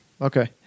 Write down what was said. Okay